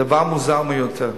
דבר מוזר ביותר,